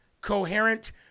coherent